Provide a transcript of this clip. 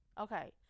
Okay